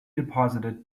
deposited